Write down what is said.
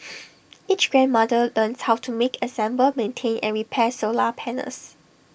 each grandmother learns how to make assemble maintain and repair solar panels